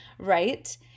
Right